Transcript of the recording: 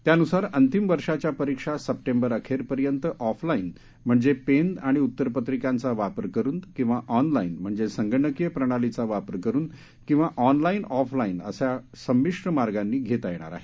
त्यानुसार अंतिम वर्षाच्या परीक्षा सप्टेंबर अखेरपर्यंत ऑफलाउ म्हणजे पेन आणि उत्तरपत्रिकांचा वापर करून किवा ऑनलाईन म्हणजे संगणकीय प्रणालीचा वापर करून किवा ऑनलाउ ऑफलाउ अशा संमिश्र मार्गानी धेता येणार आहेत